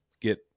get